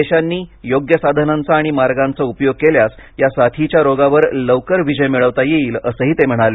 देशांनी योग्य साधनांचा आणि मार्गांचा उपयोग केल्यास या साथीच्या रोगावर लवकर विजय मिळवता येईल असंही ते म्हणाले